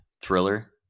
thriller